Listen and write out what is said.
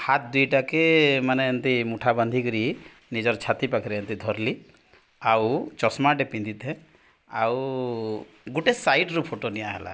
ହାତ ଦୁଇଟାକେ ମାନେ ଏମତି ମୁଠା ବାନ୍ଧିିକରି ନିଜର ଛାତି ପାଖରେ ଏମିତି ଧରିଲ ଆଉ ଚଷମାଟେ ପିନ୍ଧିଥାଏ ଆଉ ଗୋଟେ ସାଇଟରୁ ଫଟୋ ନିଆ ହେଲା